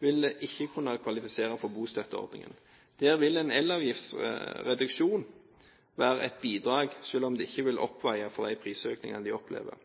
vil ikke kunne kvalifisere for bostøtteordningen. Her vil en elavgiftsreduksjon være et bidrag, selv om det ikke vil oppveie for de prisøkningene de opplever.